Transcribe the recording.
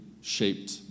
shaped